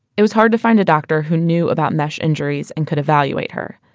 it was hard to find a doctor who knew about mesh injuries and could evaluate her.